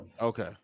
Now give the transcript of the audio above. Okay